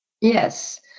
Yes